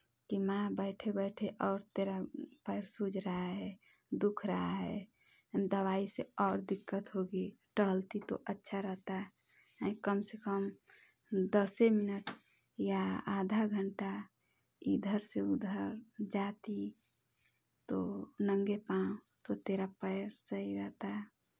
कि माँ बैठे बैठे और तेरा पैर सूझ रहा है दुख रहा है दवाई से और दिक़्क़त होगी टहलती तो अच्छा रहता हैं कम से कम दसे मिनट या आधा घंटा इधर से उधर जाती तो नंगे पाँव तो तेरा पैर सही रहता